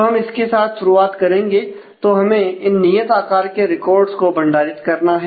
तो हम इसके साथ शुरुआत करेंगे तो हमें इन नियत आकार के रिकॉर्डर को भंडारित करना है